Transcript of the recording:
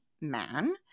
man